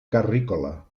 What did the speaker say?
carrícola